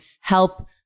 help